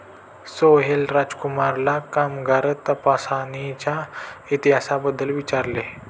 सोहेल राजकुमारला कामगार तपासणीच्या इतिहासाबद्दल विचारले